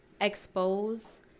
expose